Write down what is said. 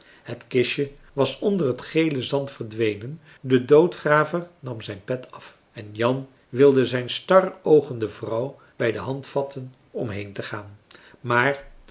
het kistje was onder het gele zand verdwenen de doodgraver nam zijn pet af en jan wilde zijn staroogende vrouw bij de hand vatten om heentegaan maar